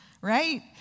Right